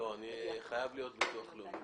חייב להיות ביטוח לאומי.